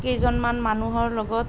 কেইজনমান মানুহৰ লগত